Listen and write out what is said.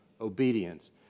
obedience